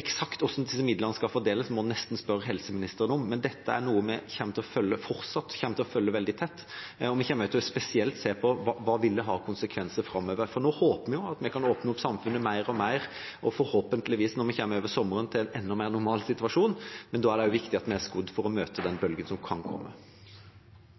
Eksakt hvordan disse midlene skal fordeles, må en nesten spørre helseministeren om, men dette er noe vi fortsatt kommer til å følge veldig tett. Vi kommer også til spesielt å se på hva det vil ha av konsekvenser framover. Nå håper vi jo at vi kan åpne opp samfunnet mer og mer, og forhåpentligvis kommer vi over sommeren til en enda mer normal situasjon, men da er det også viktig at vi er skodd for å møte den bølgen som kan komme.